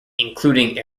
including